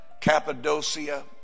Cappadocia